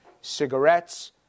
Cigarettes